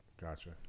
Gotcha